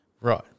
Right